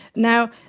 now,